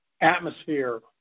atmosphere